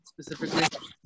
specifically